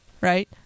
Right